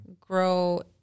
grow